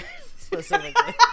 specifically